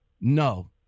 no